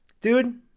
Dude